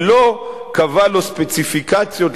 ולא קבע לו ספציפיקציות,